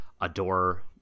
adore